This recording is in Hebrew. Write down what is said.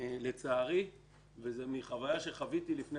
כי רוב הסיכויים שהוא ייפול,